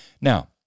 Now